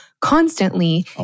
constantly